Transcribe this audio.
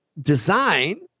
design